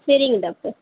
சரிங்க டாக்டர்